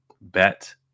Bet